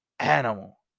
Animal